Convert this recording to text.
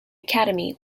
academy